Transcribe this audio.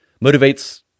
motivates